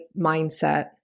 mindset